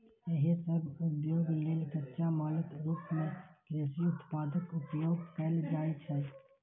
एहि सभ उद्योग लेल कच्चा मालक रूप मे कृषि उत्पादक उपयोग कैल जाइ छै